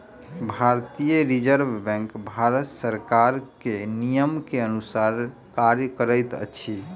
भारतीय reserve bank Bharat सरकार के नियम के अनुसार कार्य करैत अछि